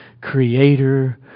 Creator